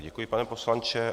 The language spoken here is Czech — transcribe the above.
Děkuji, pane poslanče.